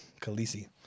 Khaleesi